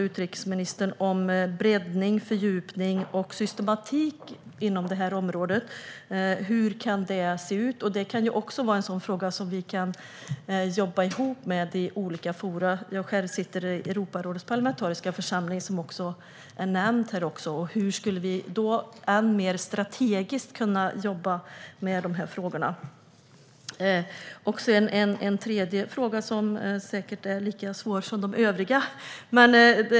Utrikesministern talar om breddning, fördjupning och systematik inom detta område. Hur kan det se ut? Det kan vara en sådan fråga som vi kan jobba tillsammans med i olika forum. Jag själv sitter i Europarådets parlamentariska församling, som nämns här. Hur skulle vi än mer strategiskt kunna jobba med de här frågorna? Till sist en fråga som säkert är lika svår som de övriga.